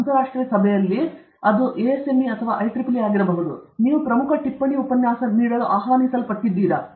ಅಂತರಾಷ್ಟ್ರೀಯ ಸಭೆಯಲ್ಲಿ ಅಂತರಾಷ್ಟ್ರೀಯ ಸಭೆಯಲ್ಲಿ ಅದು ASME ಅಥವಾ IEEE ಆಗಿದೆ ನೀವು ಪ್ರಮುಖ ಟಿಪ್ಪಣಿ ಉಪನ್ಯಾಸ ನೀಡಲು ಆಹ್ವಾನಿಸಲ್ಪಟ್ಟಿದ್ದೀರಾ